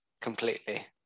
completely